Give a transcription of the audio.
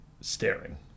staring